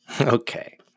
Okay